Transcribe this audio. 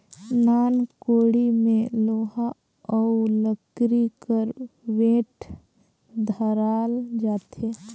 नान कोड़ी मे लोहा अउ लकरी कर बेठ धराल जाथे